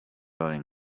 rolling